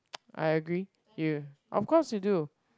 I agree yeah of course you do